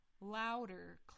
louder